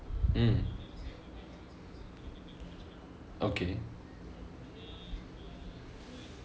mm okay